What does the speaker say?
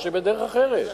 או בדרך אחרת.